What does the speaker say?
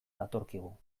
datorkigu